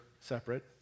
separate